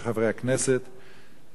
חברי הכנסת,